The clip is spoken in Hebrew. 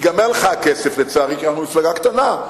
ייגמר לך הכסף, לצערי, כי אנחנו מפלגה קטנה.